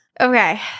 Okay